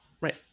Right